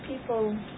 people